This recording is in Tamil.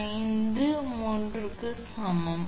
384 சென்டிமீட்டருக்கு சமம்